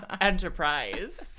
enterprise